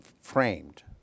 framed